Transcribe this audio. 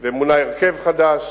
ומונה הרכב חדש,